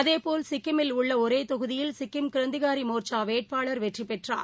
அதேபோல் சிக்கிமில் உள்ளஒரேதொகுதியில் சிக்கிம் கிரந்திகாரிமோர்ச்சாவேட்பாளர் வெற்றிபெற்றார்